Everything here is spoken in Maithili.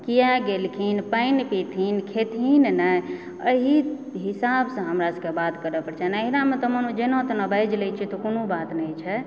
किया गेलखिन पानि पिथिन खैथिन नहि एहि हिसाबसंँ हमरा सबकेँ बात करै पड़ै छै नैहरामे तऽ मानू जेना तेना बाजि लए छियै तऽ कोनो बात नहि छै